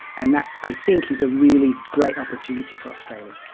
and that i think is a really great opportunity for australia.